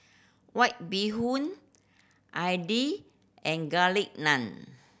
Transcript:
White Bee Hoon idly and Garlic Naan